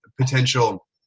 potential